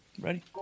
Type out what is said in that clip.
Ready